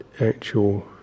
actual